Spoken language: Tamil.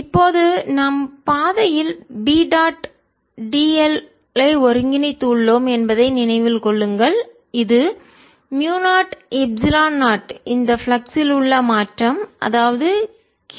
இப்போது நாம் பாதையில் B டாட் dl ஐ ஒருங்கிணைத்து உள்ளோம் என்பதை நினைவில் கொள்ளுங்கள் இது மியூ0எப்சிலன் 0 இந்த ஃப்ளக்ஸில் உள்ள மாற்றம் அதாவது q v